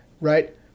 right